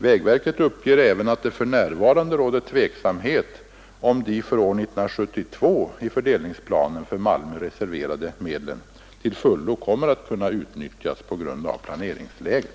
Vägverket uppger även att det för närvarande råder tveksamhet huruvida de för år 1972 i fördelningsplanen för Malmö reserverade medlen till fullo kommer att kunna utnyttjas på grund av planeringsläget.